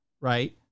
right